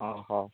ଓହ